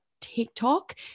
TikTok